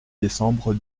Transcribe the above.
décembre